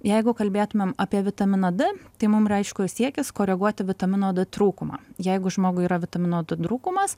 jeigu kalbėtume apie vitaminą d tai mum yra aišku siekis koreguoti vitamino d trūkumą jeigu žmogui yra vitamino d trūkumas